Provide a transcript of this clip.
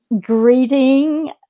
greeting